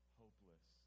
hopeless